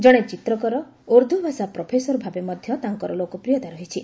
ଜଣେ ଚିତ୍ରକର ଊର୍ଦ୍ଦୁଭାଷା ପ୍ରଫେସର ଭାବେ ମଧ୍ୟ ତାଙ୍କର ଲୋକପ୍ରିୟତା ରହିଛି